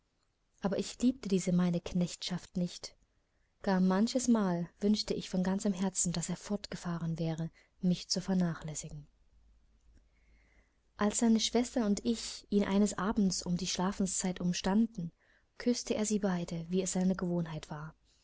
aber ich liebte diese meine knechtschaft nicht gar manchesmal wünschte ich von ganzem herzen daß er fortgefahren wäre mich zu vernachlässigen als seine schwestern und ich ihn eines abends um die schlafenszeit umstanden küßte er sie beide wie es seine gewohnheit war